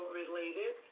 related